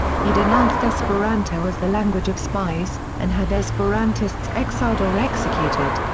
he denounced esperanto as the language of spies and had esperantists exiled or executed.